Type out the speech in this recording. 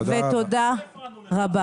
לא הפרענו לך.